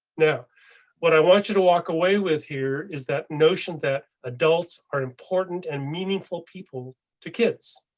now what i want you to walk away with here is that notion that adults are important and meaningful people to kids.